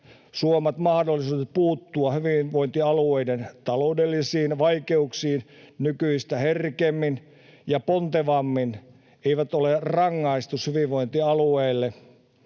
suomat mahdollisuudet puuttua hyvinvointialueiden taloudellisiin vaikeuksiin nykyistä herkemmin ja pontevammin eivät ole rangaistus hyvinvointialueille.